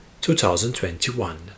2021